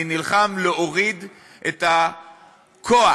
אני נלחם להוריד את הכוח